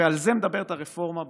ועל זה מדברת הרפורמה בחקלאות.